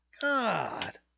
God